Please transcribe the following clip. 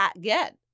get